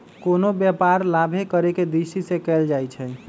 कोनो व्यापार लाभे करेके दृष्टि से कएल जाइ छइ